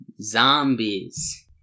zombies